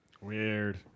Weird